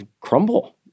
crumble